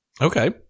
okay